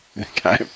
okay